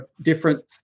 different